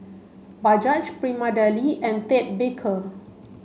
Bajaj Prima Deli and Ted Baker